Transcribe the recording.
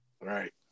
Right